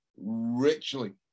richly